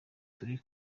turi